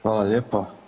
Hvala lijepa.